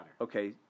Okay